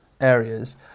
areas